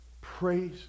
Praise